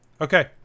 okay